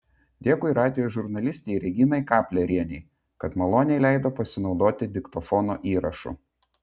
dėkui radijo žurnalistei reginai kaplerienei kad maloniai leido pasinaudoti diktofono įrašu